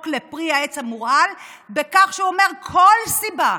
לפרי העץ המורעל בכך שהוא אומר: כל סיבה.